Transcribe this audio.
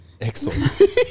Excellent